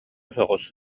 соҕус